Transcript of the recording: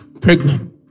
pregnant